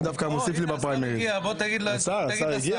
השר הגיע, תגיד לשר.